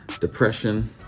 depression